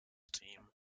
team